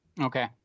okay